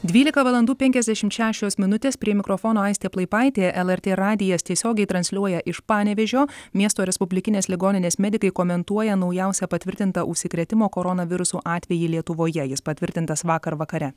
dvylika valandų penkiasdešimt šešios minutės prie mikrofono aistė plaipaitė lrt radijas tiesiogiai transliuoja iš panevėžio miesto respublikinės ligoninės medikai komentuoja naujausią patvirtintą užsikrėtimo koronavirusu atvejį lietuvoje jis patvirtintas vakar vakare